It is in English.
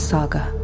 Saga